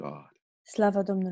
God